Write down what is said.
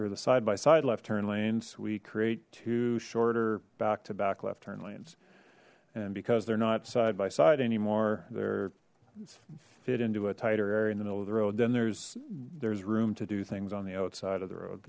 or the side by side left turn lanes we create two shorter back to back left turn lanes and because they're not side by side anymore they're fit into a tighter area in the middle of the road then there's there's room to do things on the outside of the road